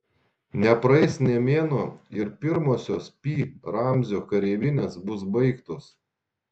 nepraeis nė mėnuo ir pirmosios pi ramzio kareivinės bus baigtos